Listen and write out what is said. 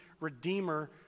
redeemer